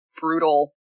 brutal